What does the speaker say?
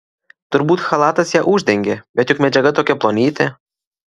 turbūt chalatas ją uždengė bet juk medžiaga tokia plonytė